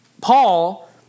Paul